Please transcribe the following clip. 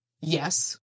Yes